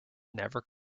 never